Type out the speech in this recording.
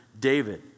David